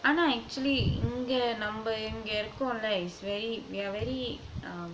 ஆனா:aana actually இங்க நம்ம இங்க இருக்கோம்ல:inga namma inga irukkomla is very we're very um